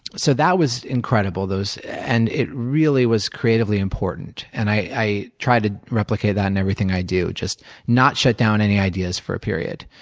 so that was incredible and it really was creatively important. and i try to replica that in everything i do just not shut down any ideas for a period.